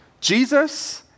Jesus